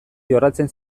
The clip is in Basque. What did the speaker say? jorratzen